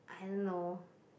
I don't know